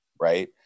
right